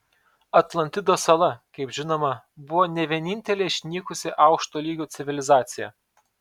atlantidos sala kaip žinoma buvo ne vienintelė išnykusi aukšto lygio civilizacija